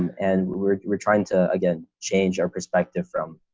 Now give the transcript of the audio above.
and we're we're trying to, again, change our perspective from